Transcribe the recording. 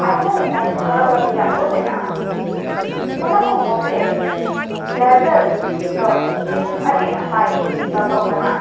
ᱟᱭᱢᱟ ᱞᱮᱠᱟᱱᱟᱜ ᱦᱚᱨᱚᱜ ᱵᱟᱸᱰᱮᱭᱟᱜ ᱠᱚ ᱢᱮᱱᱟᱜᱼᱟ ᱚᱱᱟ ᱠᱚ ᱢᱩᱫᱽᱨᱮ ᱵᱮᱞᱮᱡᱟᱨ ᱫᱚ ᱢᱤᱫ ᱟᱹᱰᱤ ᱱᱟᱯᱟᱭ ᱫᱚᱛᱚ ᱠᱟᱱᱟ